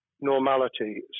normality